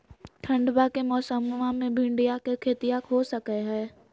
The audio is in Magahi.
ठंडबा के मौसमा मे भिंडया के खेतीया हो सकये है?